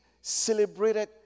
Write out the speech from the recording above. celebrated